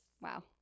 Wow